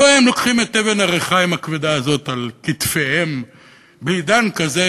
מדוע הם לוקחים את אבן הריחיים הכבדה הזאת על כתפיהם בעידן כזה,